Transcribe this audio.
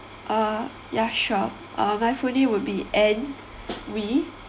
uh ya sure uh my full name would be ann lee